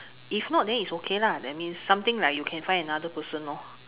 if not then is okay lah that means something like you can find another person lor